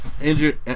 injured